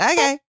Okay